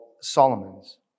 Solomon's